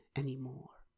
anymore